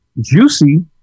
Juicy